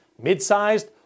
mid-sized